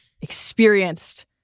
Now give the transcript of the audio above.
experienced